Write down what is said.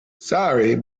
sorry